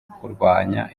kurwanya